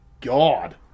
God